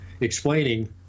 explaining